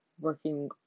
working